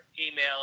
email